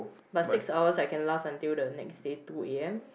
but six hours I can last until the next day two A_M